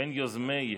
בין יוזמי,